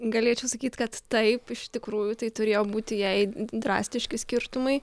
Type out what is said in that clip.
galėčiau sakyt kad taip iš tikrųjų tai turėjo būti jai drastiški skirtumai